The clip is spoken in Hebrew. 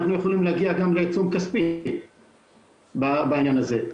אנחנו יכולים להגיע גם לעיצום כספי בעניין הזה.